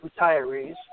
retirees